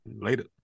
later